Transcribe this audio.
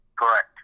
Correct